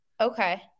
Okay